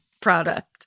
product